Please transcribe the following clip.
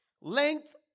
length